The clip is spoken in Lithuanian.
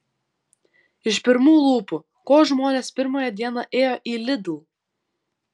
iš pirmų lūpų ko žmonės pirmąją dieną ėjo į lidl